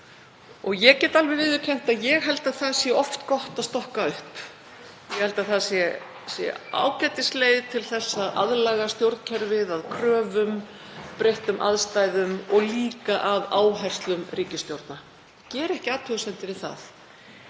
Ég get alveg viðurkennt að ég held að það sé oft gott að stokka upp. Ég held að það sé ágætisleið til að aðlaga stjórnkerfið að kröfum, breyttum aðstæðum og líka að áherslum ríkisstjórna, og geri ekki athugasemdir við það.